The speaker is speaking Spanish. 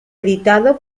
editado